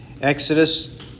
Exodus